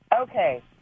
Okay